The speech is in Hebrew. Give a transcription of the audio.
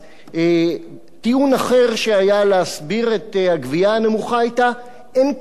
טיעון אחר להסברת הגבייה הנמוכה היה: אין כתובת.